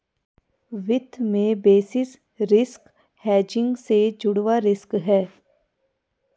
वित्त में basis risk hedging से जुड़ा रिस्क है